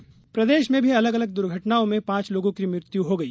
प्रदेश हादसा प्रदेश में भी अलग अलग दुर्घटनाओं में पांच लोगों की मृत्यु हो गई